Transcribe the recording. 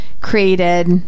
created